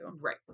right